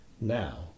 now